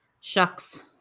Shucks